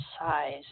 size